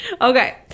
okay